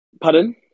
Pardon